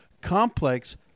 complex